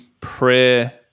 prayer